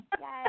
yes